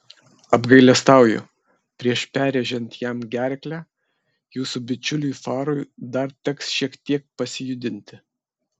apgailestauju prieš perrėžiant jam gerklę jūsų bičiuliui farui dar teks šiek tiek pasijudinti